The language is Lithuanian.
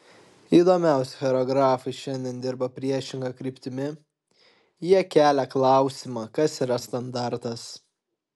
įdomiausi choreografai šiandien dirba priešinga kryptimi jie kelia klausimą kas yra standartas